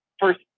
first